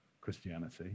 Christianity